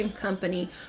company